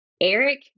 Eric